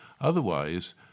Otherwise